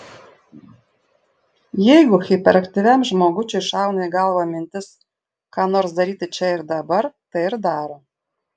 jeigu hiperaktyviam žmogučiui šauna į galvą mintis ką nors daryti čia ir dabar tai ir daro